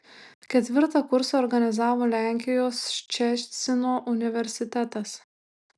ketvirtą kursą organizavo lenkijos ščecino universitetas